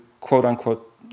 quote-unquote